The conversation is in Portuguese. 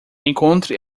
encontre